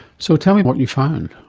so tell me what you found?